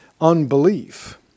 Unbelief